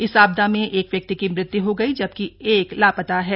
इस आपदा में एक व्यक्ति की मृत्य् हो गई जबकि एक लापता है